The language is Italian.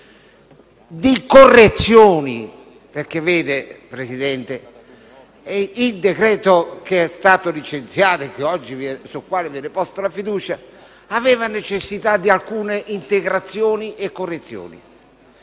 di correzioni. Vede, Presidente, il decreto-legge che è stato licenziato e sul quale viene posta la fiducia aveva necessità di alcune integrazioni e correzioni,